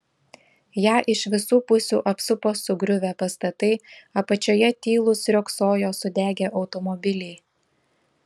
ją iš visų pusių apsupo sugriuvę pastatai apačioje tylūs riogsojo sudegę automobiliai